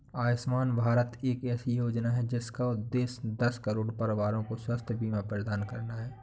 आयुष्मान भारत एक ऐसी योजना है जिसका उद्देश्य दस करोड़ परिवारों को स्वास्थ्य बीमा प्रदान करना है